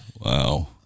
Wow